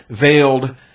veiled